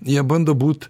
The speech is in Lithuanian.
jie bando būt